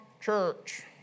church